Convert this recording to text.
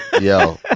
Yo